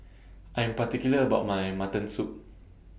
I Am particular about My Mutton Soup